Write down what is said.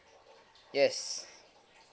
yes